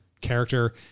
character